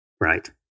right